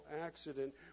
accident